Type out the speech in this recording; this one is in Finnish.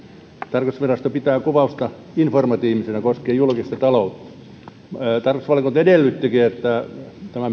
tarkastusvirasto pitää kuvausta informatiivisena koskien julkista taloutta tarkastusvaliokunta edellyttikin että tämä